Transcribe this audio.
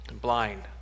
blind